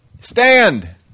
Stand